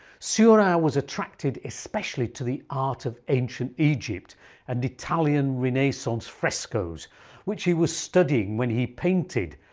seurat was attracted especially, to the art of ancient egyptian and italian renaissance frescoes which he was studying when he painted,